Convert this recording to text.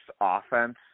offense